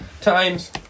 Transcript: times